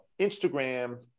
Instagram